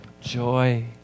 joy